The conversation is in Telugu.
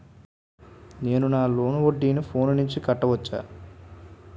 నేను నా లోన్ వడ్డీని ఫోన్ నుంచి కట్టవచ్చా?